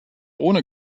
ohne